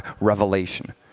revelation